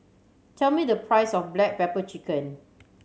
tell me the price of black pepper chicken